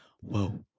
Whoa